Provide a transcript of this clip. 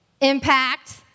impact